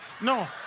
No